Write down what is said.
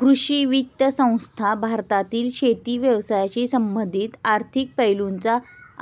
कृषी वित्त संस्था भारतातील शेती व्यवसायाशी संबंधित आर्थिक पैलूंचा